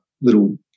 little